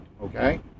okay